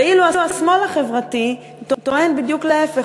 ואילו השמאל החברתי טוען בדיוק להפך.